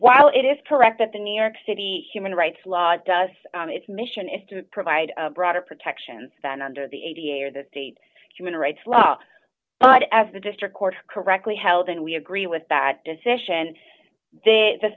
while it is correct that the new york city human rights law does its mission is to provide broader protections than under the aviator the state human rights law but as the district court correctly held and we agree with that decision and the th